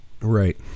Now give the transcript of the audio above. Right